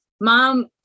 mom